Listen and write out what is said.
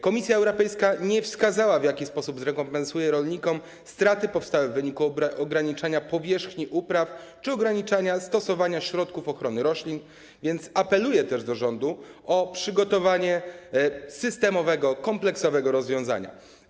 Komisja Europejska nie wskazała, w jaki sposób zrekompensuje rolnikom straty powstałe w wyniku ograniczania powierzchni upraw czy ograniczania stosowania środków ochrony roślin, więc apeluję też do rządu o przygotowanie systemowego, kompleksowego rozwiązania.